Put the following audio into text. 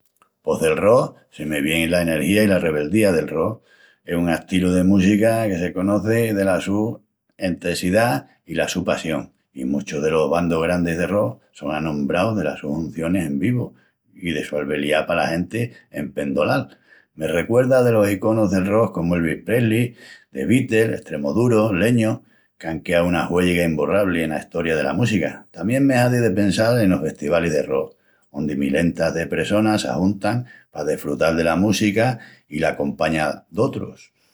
Pos del rock se me vien la energía i la rebeldía del rock. Es un astilu de música que se conoci dela su entesidá i la su passión, i muchus delos bandus grandis de rock son anombraus delas sus huncionis en vivu i de su albeliá pala genti empendolal. Me recuerda delos iconus del rock, comu Elvis Presley, The Beatles, Extremoduro, Leño....qu'án queáu una huélliga imborrabli ena estoria dela música. Tamién me hazi de pensal enos festivalis de rock, ondi milentas de pressonas s'ajuntan pa desfrutal dela música i la compaña d'otrus.